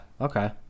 okay